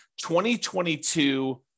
2022